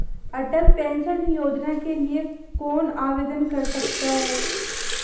अटल pension Yojana के लिए कौन आवेदन कर सकता है?